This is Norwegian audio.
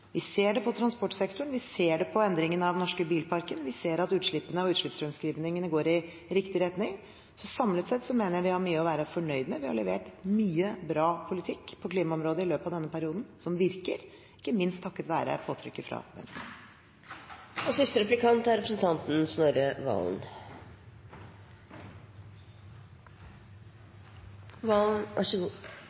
Vi ser det på transportsektoren, og vi ser det på endringen av den norske bilparken. Vi ser at utslippene og utslippsfremskrivningene går i riktig retning. Samlet sett mener jeg vi har mye å være fornøyd med. Vi har i løpet av denne perioden levert mye bra politikk på klimaområdet som virker – ikke minst takket være påtrykket fra Venstre. Forskjellene i Norge øker. Det er